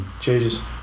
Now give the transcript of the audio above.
Jesus